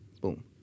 Boom